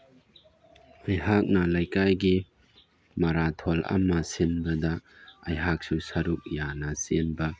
ꯑꯩꯍꯥꯛꯅ ꯂꯩꯀꯥꯏꯒꯤ ꯃꯔꯥꯊꯣꯟ ꯑꯃ ꯁꯤꯟꯕꯗ ꯑꯩꯍꯥꯛꯁꯨ ꯁꯔꯨꯛ ꯌꯥꯅ ꯆꯦꯟꯕ